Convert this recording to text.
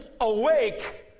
awake